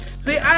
See